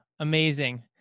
Amazing